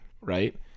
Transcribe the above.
right